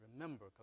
Remember